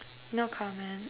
no comment